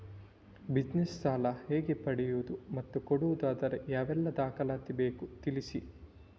Business ಸಾಲ ಹೇಗೆ ಪಡೆಯುವುದು ಮತ್ತು ಕೊಡುವುದಾದರೆ ಯಾವೆಲ್ಲ ದಾಖಲಾತಿ ಬೇಕು ತಿಳಿಸಿ?